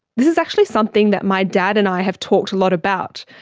this is actually something that my dad and i have talked a lot about.